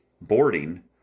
boarding